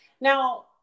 Now